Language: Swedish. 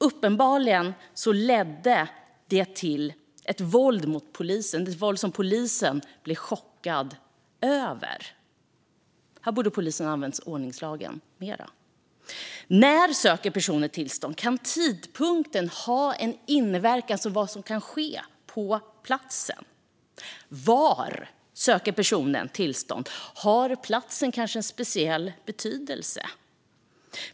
Uppenbarligen ledde det till ett våld mot polisen - ett våld som polisen chockades av. Här borde polisen ha använt sig mer av ordningslagen. När söker personen tillstånd? Kan tidpunkten ha en inverkan på vad som kan ske på platsen? Var söker personen tillstånd? Har platsen en speciell betydelse?